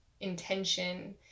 intention